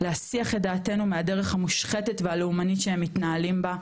להסיח את דעתנו מהדרך המושחתת והלאומנים שהם מתנהלים בה,